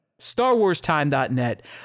StarwarsTime.net